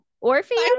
Orpheus